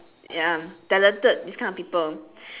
ya talented this kind of people